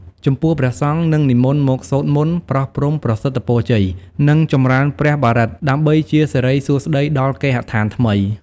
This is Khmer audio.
ចំពោះព្រះសង្ឃនឹងនិមន្តមកសូត្រមន្ត ប្រោះព្រំប្រសិទ្ធពរជ័យ និងចម្រើនព្រះបរិត្ត ដើម្បីជាសិរីសួស្តីដល់គេហដ្ឋានថ្មី។